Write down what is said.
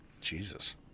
Jesus